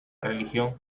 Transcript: religión